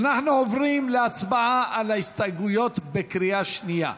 אנחנו עוברים להצבעה על ההסתייגויות בקריאה שנייה.